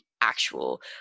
actual